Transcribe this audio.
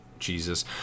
Jesus